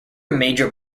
major